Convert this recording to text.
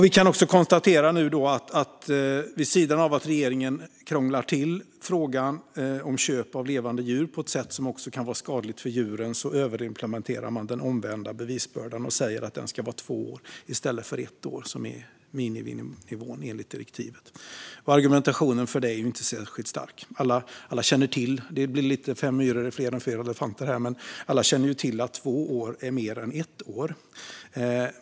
Vi kan konstatera att vid sidan av att regeringen krånglar till frågan om köp av levande djur på ett sätt som kan vara skadligt för djuren överimplementerar man den omvända bevisbördan och säger att den ska vara två år i stället för ett år som är miniminivån enligt direktivet. Argumentationen för det är inte särskilt stark. Det blir lite Fem myror är fler än fyra elefanter här, men alla känner ju till att två år är mer än ett år.